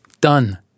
Done